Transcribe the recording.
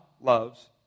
loves